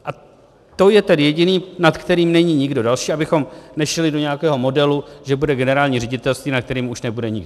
A to je ten jediný, nad kterým není nikdo další, abychom nešli do nějakého modelu, že bude generální ředitelství, nad kterým už nebude nikdo.